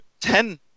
ten